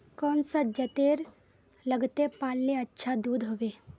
कौन सा जतेर लगते पाल्ले अच्छा दूध होवे?